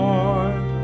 Lord